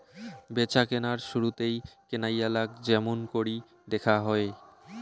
ব্যাচাকেনার শুরুতেই কেনাইয়ালাক য্যামুনকরি দ্যাখা হয়